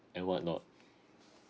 and what not